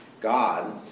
God